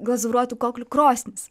glazūruotų koklių krosnis